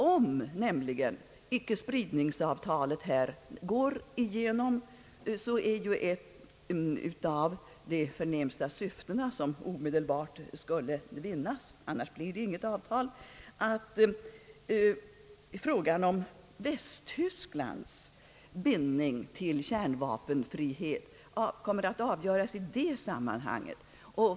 Om nämligen ickespridningsavtalet går igenom är ju ett av de förnämsta syften som omedelbart skulle vinnas — annars blir det inget avtal — att frågan om Västtysklands bindning till kärnvapenfrihet kommer att avgöras i det sammanhanget.